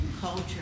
culture